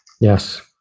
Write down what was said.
Yes